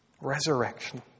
Resurrection